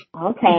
Okay